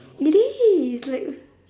really it's like